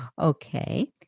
Okay